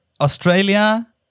Australia